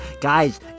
Guys